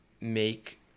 make